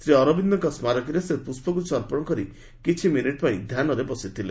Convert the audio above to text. ଶ୍ରୀ ଅରବିନ୍ଦଙ୍କ ସ୍କାରକୀରେ ସେ ପୁଷ୍ପଗୁଚ୍ଛ ଅର୍ପଣ କରି କିଛି ମିନିଟ୍ ପାଇଁ ଧ୍ୟାନରେ ବସିଥିଲେ